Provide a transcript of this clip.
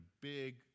big